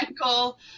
Michael